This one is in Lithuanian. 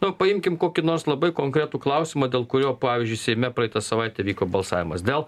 nu paimkim kokį nors labai konkretų klausimą dėl kurio pavyzdžiui seime praeitą savaitę vyko balsavimas dėl